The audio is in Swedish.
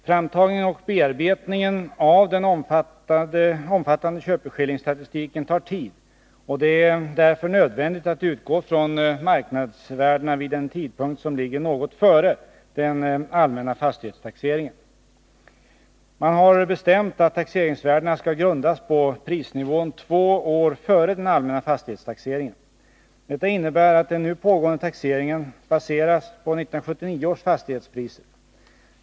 Framtagningen och bearbetningen av den omfattande köpeskillingsstatistiken tar tid, och det är därför nödvändigt att utgå från marknadsvärdena vid en tidpunkt som ligger något före den allmänna fastighetstaxeringen. Man har bestämt att taxeringsvärdena skall grundas på prisnivån två år före den allmänna fastighetstaxeringen. Detta innebär att den nu pågående taxeringen baseras på 1979 års fastighetspriser.